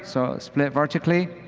so split vertically.